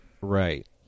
right